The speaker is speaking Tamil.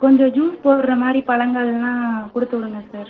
கொஞ்சம் ஜூஸ் போடுற மாதிரி பழங்கள்லாம் கொடுத்துவுடுங்க சார்